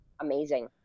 amazing